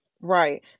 Right